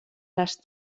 les